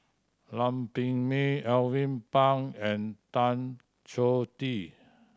Lam Pin Min Alvin Pang and Tan Choh Tee